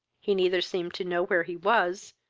he neither seemed to know where he was,